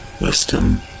Wisdom